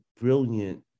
brilliant